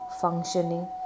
functioning